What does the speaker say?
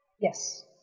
Yes